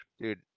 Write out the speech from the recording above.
dude